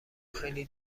خیلی